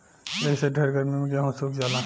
एही से ढेर गर्मी मे गेहूँ सुख जाला